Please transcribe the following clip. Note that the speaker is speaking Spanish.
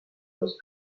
los